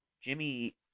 Jimmy